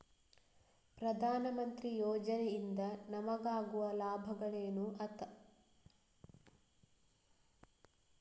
ಪ್ರಧಾನಮಂತ್ರಿ ಯೋಜನೆ ಇಂದ ನಮಗಾಗುವ ಲಾಭಗಳೇನು ಅಂತ ಹೇಳ್ತೀರಾ?